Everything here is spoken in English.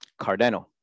Cardano